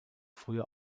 früher